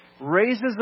raises